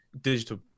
digital